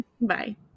Bye